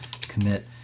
commit